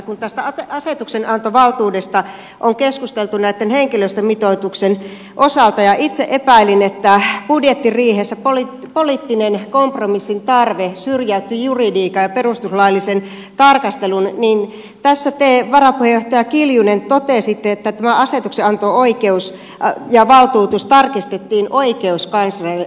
kun tästä asetuksenantovaltuudesta on keskusteltu näitten henkilöstömitoituksen osalta ja itse epäilin että budjettiriihessä poliittinen kompromissin tarve syrjäytti juridiikan ja perustuslaillisen tarkastelun niin tässä te varapuheenjohtaja kiljunen totesitte että tämä asetuksenanto oikeus ja valtuutus tarkistettiin oikeuskanslerilta